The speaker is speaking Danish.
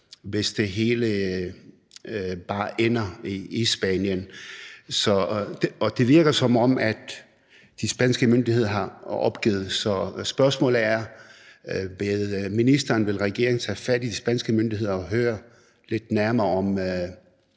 hvis det hele bare ender i Spanien, og det virker, som om de spanske myndigheder har opgivet. Så spørgsmålet er: Vil ministeren og vil regeringen tage fat i de spanske myndigheder og høre lidt nærmere om,